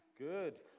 Good